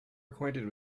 acquainted